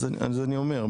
אז אני אומר,